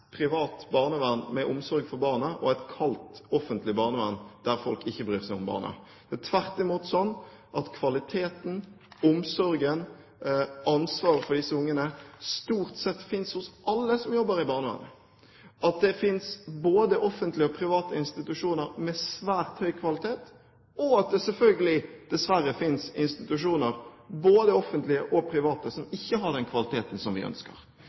privat barnevern med omsorg for barna og et kaldt offentlig barnevern der folk ikke bryr seg om barna. Det er tvert imot sånn at det i barnevernet er kvalitet, og stort sett alle som jobber der, har omsorg for og føler ansvar for disse barna – det finnes både offentlige og private institusjoner med svært høy kvalitet, og det finnes selvfølgelig, dessverre, institusjoner, både offentlige og private, som ikke har den kvaliteten som vi ønsker.